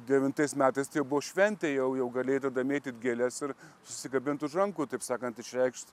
devintais metais tai jau buvo šventė jau jau galėjai tada mėtyt gėles ir susikabint už rankų taip sakant išreikšt